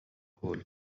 whole